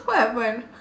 what happen